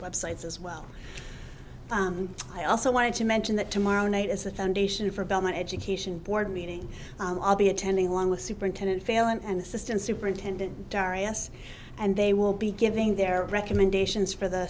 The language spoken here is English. websites as well i also wanted to mention that tomorrow night as the foundation for belmont education board meeting i'll be attending along with superintendent failon and assistant superintendent darrius and they will be giving their recommendations for the